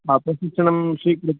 प्रशिक्षणं स्वीकृ